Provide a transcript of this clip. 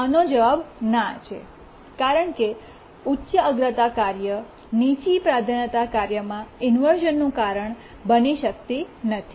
આનો જવાબ ના છે કારણ કે ઉચ્ચ અગ્રતા કાર્ય નીચી પ્રાધાન્યતા કાર્યમાં ઇન્વર્શ઼નનું કારણ બની શકતી નથી